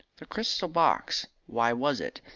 the crystal box? why was it?